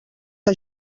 que